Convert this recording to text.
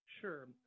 Sure